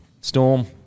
storm